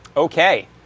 Okay